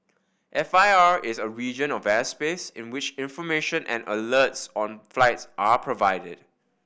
F I R is a region of airspace in which information and alerts on flights are provided